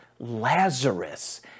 Lazarus